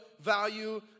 value